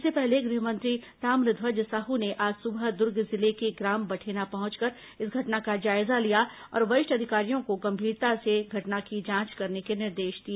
इससे पहले गृह मंत्री ताम्रध्वज साहू ने आज सुबह दूर्ग जिले के ग्राम बठेना पहुंचकर इस घटना का जायजा लिया और वरिष्ठ अधिकारियों को गंभीरता से घटना की जांच करने के निर्देश दिए